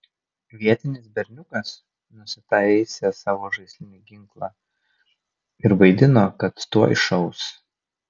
vietinis berniukas nusitaisė savo žaislinį ginklą ir vaidino kad tuoj šaus